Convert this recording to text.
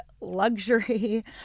luxury